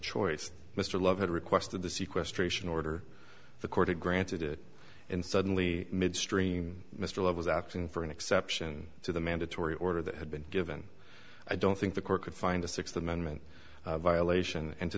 choice mr love had requested the seaquest ration order the court had granted it and suddenly midstream mr lott was acting for an exception to the mandatory order that had been given i don't think the court could find a sixth amendment violation and to